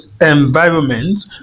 environment